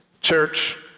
Church